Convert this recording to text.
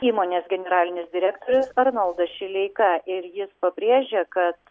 įmonės generalinis direktorius arnoldas šileika ir jis pabrėžė kad